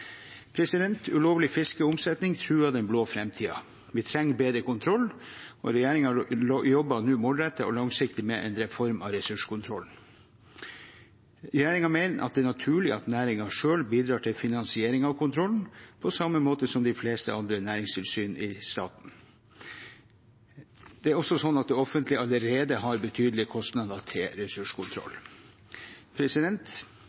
Ulovlig fiske og omsetning truer den blå framtiden. Vi trenger bedre kontroll, og regjeringen jobber nå målrettet og langsiktig med en reform av ressurskontrollen. Regjeringen mener det er naturlig at næringen selv bidrar til finansiering av kontrollen – på samme måte som de fleste andre næringstilsyn i staten. Det er også sånn at det offentlige allerede har betydelige kostnader